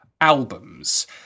albums –